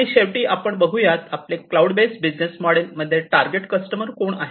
आणि शेवटी आपण बघूयात आपले क्लाऊड बेस्ड बिझनेस मोडेल मध्ये टारगेट कस्टमर हे कोण आहेत